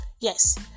Yes